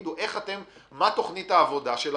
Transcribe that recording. תגידו מה תכנית העבודה שלכם.